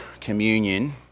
communion